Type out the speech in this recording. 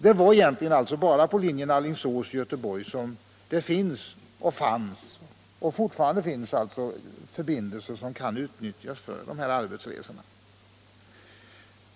Det var alltså egentligen bara på linjen Alingsås-Göteborg som det fanns och fortfarande finns förbindelser som kan utnyttjas för arbetsresor.